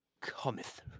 cometh